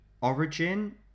origin